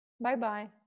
Bye-bye